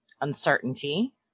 Uncertainty